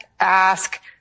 ask